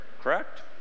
correct